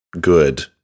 good